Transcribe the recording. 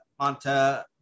Monta